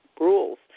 rules